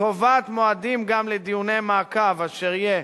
קובעת מועדים גם לדיוני מעקב אשר יהיה